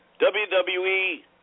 WWE